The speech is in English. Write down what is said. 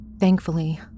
Thankfully